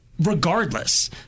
regardless